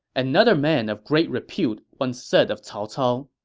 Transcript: another man of great repute once said of cao cao,